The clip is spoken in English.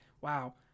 wow